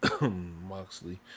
Moxley